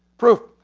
proof.